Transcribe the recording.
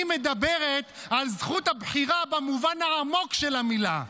מדברת על זכות הבחירה במובן העמוק של המילה,